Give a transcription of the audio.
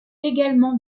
également